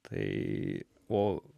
tai o